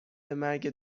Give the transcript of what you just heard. مرگ